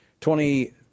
Twenty